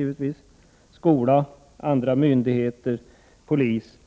Föräldrarna, skolan, andra myndigheter och polis